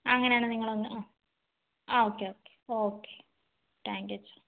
അങ്ങനെ ആണേൽ നിങ്ങളൊന്നു ആ ആ okay okay okay thank you അച്ഛാ